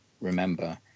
remember